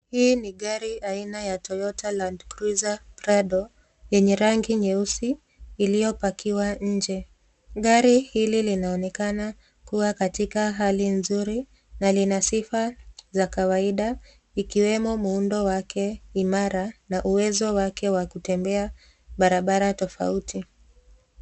Hii ni gari aina ya Toyota landcruiser prado yenye rangi nyeusi iliyopakiwa nje .Gari hili linaonekana kuwa katika hali nzuri na lina sifa za kawaida ikiwemo muundo wake imara na uwezo wake wa kutembea barabara tofauti.